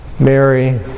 Mary